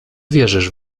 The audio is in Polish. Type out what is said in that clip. wierzysz